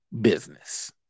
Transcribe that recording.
business